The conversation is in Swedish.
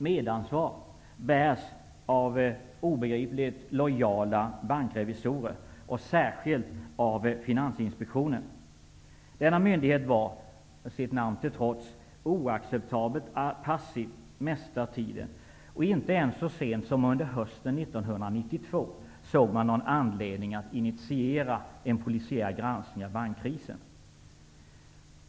Medansvar bärs av obegripligt ''lojala'' Denna myndighet var -- sitt namn till trots -- oacceptabelt passiv mesta tiden, och inte ens så sent som under hösten 1992 såg man någon anledning att initiera en polisiär granskning av bankkrisen.